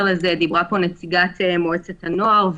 דיברה פה נציגת תנועות הנוער,